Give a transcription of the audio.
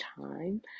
time